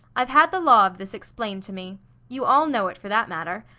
i've had the law of this explained to me you all know it for that matter.